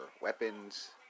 weapons